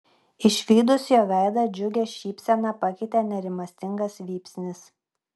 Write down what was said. išvydus jo veidą džiugią šypseną pakeitė nerimastingas vypsnis